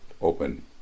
open